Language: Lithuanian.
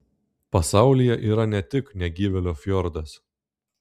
pasaulyje yra ne tik negyvėlio fjordas